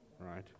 Right